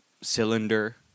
cylinder